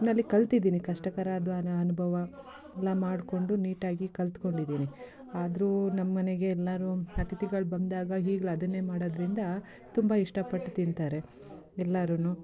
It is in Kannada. ನಲ್ಲಿ ಕಲ್ತಿದ್ದೀನಿ ಕಷ್ಟಕರವಾದ ಅನುಭವ ಎಲ್ಲ ಮಾಡಿಕೊಂಡು ನೀಟಾಗಿ ಕಲ್ತ್ಕೊಂಡಿದ್ದೀನಿ ಆದ್ರು ನಮ್ಮ ಮನೆಗೆ ಎಲ್ಲರು ಅಥಿತಿಗಳು ಬಂದಾಗ ಈಗ್ಲು ಅದನ್ನೆ ಮಾಡೊದರಿಂದ ತುಂಬ ಇಷ್ಟ ಪಟ್ಟು ತಿನ್ತಾರೆ ಎಲ್ಲಾರು